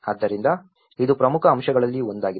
ಆದ್ದರಿಂದ ಇದು ಪ್ರಮುಖ ಅಂಶಗಳಲ್ಲಿ ಒಂದಾಗಿದೆ